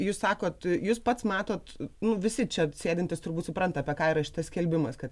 jūs sakot jūs pats matot nu visi čia sėdintys turbūt supranta apie ką yra šitas skelbimas kad